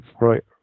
right